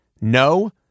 no